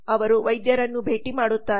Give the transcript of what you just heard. ಅವನು ವೈದ್ಯರನ್ನು ಭೇಟಿ ಮಾಡುತ್ತಾನೆ